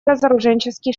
разоруженческий